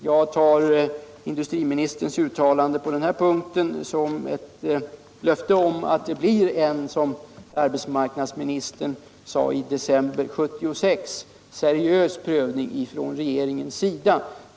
Jag uppfattar industriministerns uttalande på denna punkt som ett löfte att det blir en, som arbetsmarknadsministern sade i december 1976, seriös prövning från regeringens sida.